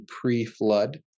pre-flood